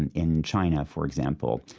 and in china, for example,